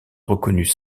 reconnus